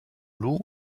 loup